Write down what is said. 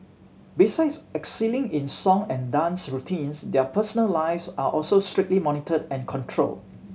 besides excelling in song and dance routines their personal lives are also strictly monitored and controlled